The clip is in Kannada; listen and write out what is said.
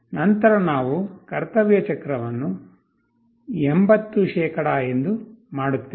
ನಂತರ ನಾವು ಕರ್ತವ್ಯ ಚಕ್ರವನ್ನು 80 ಎಂದು ಮಾಡುತ್ತೇವೆ